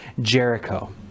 Jericho